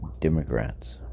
Democrats